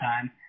time